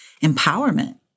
empowerment